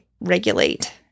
regulate